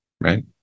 right